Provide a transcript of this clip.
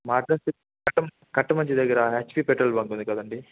మా అడ్రెస్స్ కట్ట కట్టమంచి దగ్గర హెచ్పి పెట్రోల్ బంక్ ఉంది కదండీ